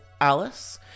Alice